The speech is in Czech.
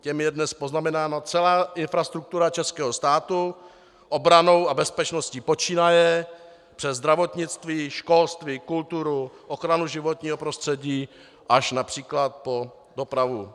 Těmi je dnes poznamenána celá infrastruktura českého státu, obranou a bezpečností počínaje přes zdravotnictví, školství, kulturu, ochranu životního prostředí až například po dopravu.